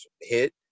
hit